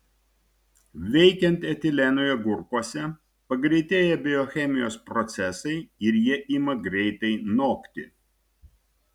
veikiant etilenui agurkuose pagreitėja biochemijos procesai ir jie ima greitai nokti